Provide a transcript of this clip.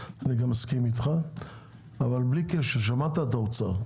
אני גם מסכים איתך אבל בלי קשר שמעת את האוצר.